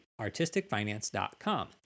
artisticfinance.com